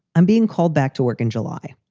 i'm being called back to work in july.